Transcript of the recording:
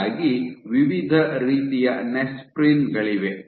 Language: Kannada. ಹೀಗಾಗಿ ವಿವಿಧ ರೀತಿಯ ನೆಸ್ಪ್ರಿನ್ ಗಳಿವೆ